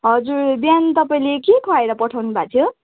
हजुर बिहान तपाईँले के खुवाएर पठाउनु भएको थियो